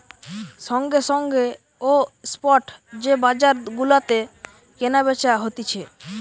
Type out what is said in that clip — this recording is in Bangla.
সঙ্গে সঙ্গে ও স্পট যে বাজার গুলাতে কেনা বেচা হতিছে